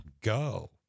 go